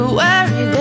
worry